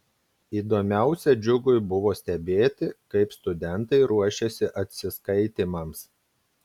įdomiausia džiugui buvo stebėti kaip studentai ruošiasi atsiskaitymams